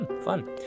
Fun